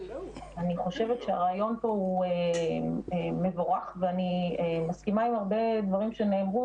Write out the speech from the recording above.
אני חושבת שהרעיון פה הוא מבורך ואני מסכימה עם הרבה דברים שנאמרו,